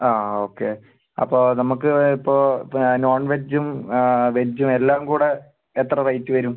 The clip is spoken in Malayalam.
ആ ഓക്കെ അപ്പം നമുക്ക് ഇപ്പം നോൺവെജും വെജും എല്ലാം കൂടെ എത്ര റേറ്റ് വരും